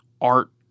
art